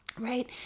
right